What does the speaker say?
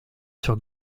sur